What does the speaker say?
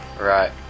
Right